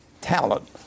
talent